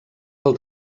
del